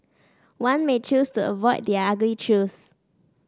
one may choose to avoid the ugly truths